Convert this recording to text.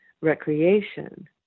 recreation